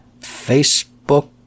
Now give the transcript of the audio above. Facebook